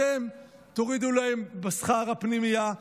אתם תורידו להם בשכר הפנימייה,